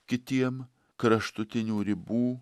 kitiem kraštutinių ribų